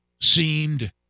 seemed